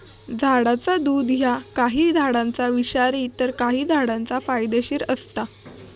झाडाचा दुध ह्या काही झाडांचा विषारी तर काही झाडांचा फायदेशीर असता